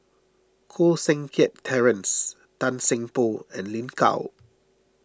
Koh Seng Kiat Terence Tan Seng Poh and Lin Gao